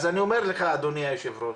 אדוני היושב-ראש,